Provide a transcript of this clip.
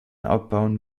abbauen